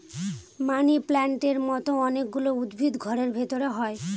মানি প্লান্টের মতো অনেক গুলো উদ্ভিদ ঘরের ভেতরে হয়